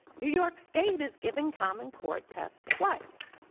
new york state is giving common core tests twice.